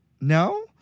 no